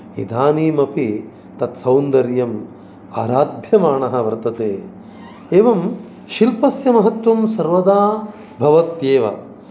इदानीम् अपि तत् सौन्दर्यम् आराध्यमाणः वर्तते एवं शिल्पस्य महत्वं सर्वदा भवत्येव